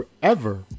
forever